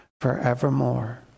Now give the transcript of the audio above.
forevermore